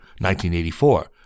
1984